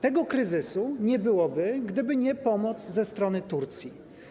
Tego kryzysu nie byłoby, gdyby nie pomoc ze strony Turcji.